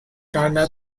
karena